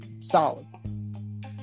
solid